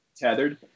tethered